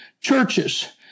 churches